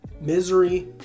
misery